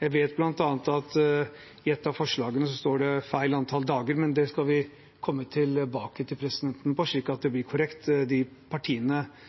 Jeg vet bl.a. at det i et av forslagene står feil antall dager, men det skal vi komme tilbake til slik at det